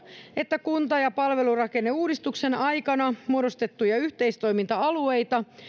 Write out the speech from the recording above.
että kunta ja palvelurakenneuudistuksen aikana muodostettuja yhteistoiminta alueita